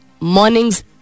Mornings